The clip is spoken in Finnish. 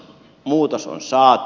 muutos on saatu